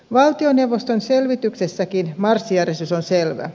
valtioneuvoston selvityksessäkin marssijärjestys on selvä